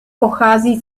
pochází